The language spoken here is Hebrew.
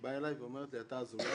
באה אלי ואומרת לי, אתה אזולאי?